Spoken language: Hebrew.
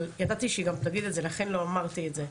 ידעתי שהיא תגיד את זה לכן לא אמרתי את זה,